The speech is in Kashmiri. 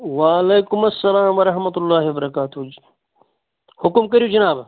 وعلیکُم اَسلام وَرَحمَتُ اللّہِ وَ بَرکاتُہٗ حُکُم کٔرِو جِناب